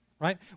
right